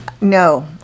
No